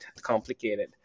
complicated